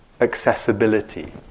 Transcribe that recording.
accessibility